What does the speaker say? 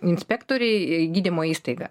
inspektoriai į gydymo įstaigą